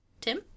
Tim